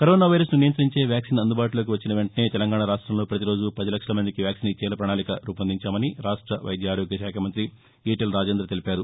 corona వైరస్ను నియంతించే vaccine అందుబాటులోకి వచ్చిన వెంటనే తెలంగాణా రాష్టంలో పతిరోజూ పది లక్షల మందికి వ్యాక్సిన్ ఇచ్చేలా ప్రణాళిక రూపొందించామని రాష్ట వైద్య ఆరోగ్యశాఖ మంత్రి ఈటెల రాజేందర్ తెలిపారు